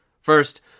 First